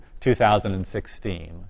2016